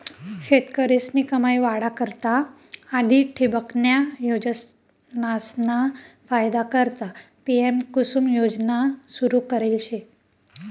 शेतकरीस्नी कमाई वाढा करता आधी ठिबकन्या योजनासना फायदा करता पी.एम.कुसुम योजना सुरू करेल शे